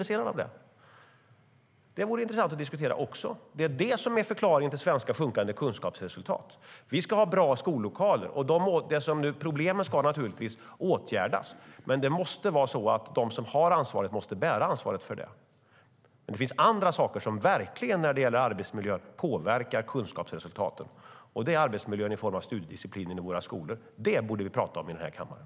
Men det vore också intressant att diskutera, för det är förklaringen till sjunkande svenska kunskapsresultat. Vi ska ha bra skollokaler, och problemen ska givetvis åtgärdas. Men de som har ansvaret måste också bära ansvaret. Det finns dock andra saker på arbetsmiljöområdet som verkligen påverkar kunskapsresultaten, och det handlar om studiedisciplinen i våra skolor. Det borde vi tala om här i kammaren.